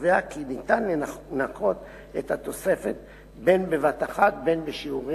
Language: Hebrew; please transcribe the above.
וקובע כי אפשר לנכות את התוספת בין בבת אחת ובין בשיעורים,